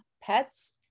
Pets